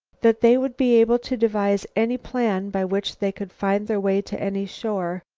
that they would be able to devise any plan by which they could find their way to any shore,